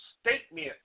statement